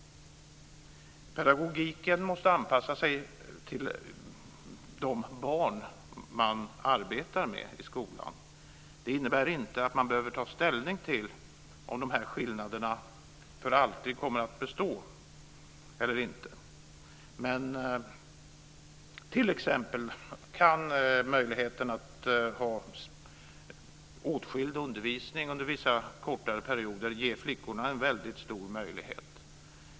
Pedagogiken måste anpassa sig till de barn som man arbetar med i skolan. Det innebär inte att man behöver ta ställning till om de här skillnaderna för alltid kommer att bestå eller inte, men t.ex. kan möjligheten att ha åtskild undervisning under vissa kortare perioder ge flickorna en väldigt stor möjlighet.